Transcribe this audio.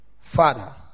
Father